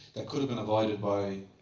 that could've been avoided by